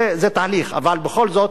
זה תהליך, אבל בכל זאת,